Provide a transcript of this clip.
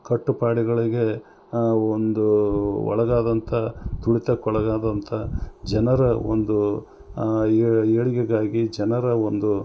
ಕಟ್ಟುಪಾಡುಗಳಿಗೆ ಆ ಒಂದು ಒಳಗಾದಂಥ ತುಳಿತಕ್ಕೆ ಒಳಗಾದಂಥ ಜನರ ಒಂದು ಏಳು ಏಳಿಗೆಗಾಗಿ ಜನರ ಒಂದು